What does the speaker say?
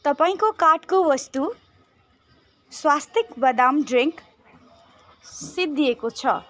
तपाईँको कार्टको वस्तु स्वास्तिक बदाम ड्रिङ्क सिद्धिएको छ